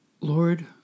Lord